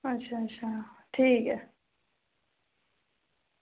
अच्छा अच्छा ठीक ऐ